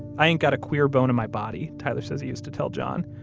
i ain't got a queer bone in my body, tyler says he used to tell john.